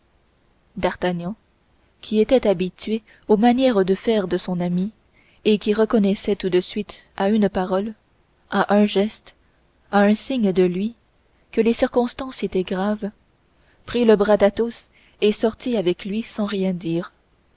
d'artagnan qui était habitué aux manières de faire de son ami et qui reconnaissait tout de suite à une parole à un geste à un signe de lui que les circonstances étaient graves prit le bras d'athos et sortit avec lui sans rien dire